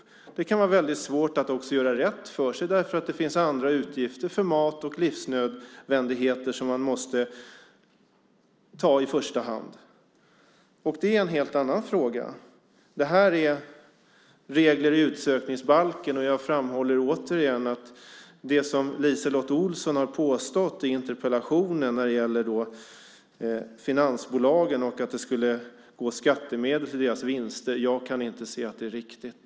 Det kan också vara väldigt svårt att göra rätt för sig eftersom det finns andra utgifter, för mat och livsnödvändigheter, som man måste ta i första hand. Det är en helt annan fråga. Det här är regler i utsökningsbalken, och jag framhåller återigen att jag inte kan se att det som LiseLotte Olsson har påstått i interpellationen om finansbolagen och att det skulle gå skattemedel till deras vinster är riktigt.